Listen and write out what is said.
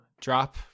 Drop